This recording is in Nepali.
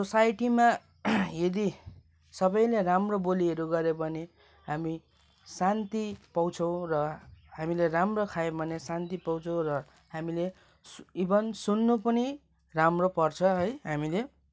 सोसाइटीमा यदि सबैले राम्रो बोलीहरू गरियो भने हामी शान्ति पाउँछौँ र हामीले राम्रो खायो भने शान्ति पाउँछौँ र हामीले इभन सुन्नु पनि राम्रो पर्छ है हामीले